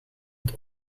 het